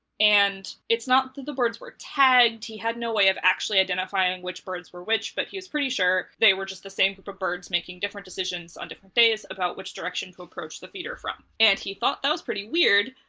and it's not that the birds were tagged he had no way of actually identifying which birds were which, but he was pretty sure they were just the same group of birds making different decisions on different days about which direction to approach the feeder from. and he thought that was pretty weird,